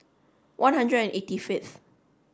one hundred and eighty fifth